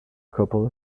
couple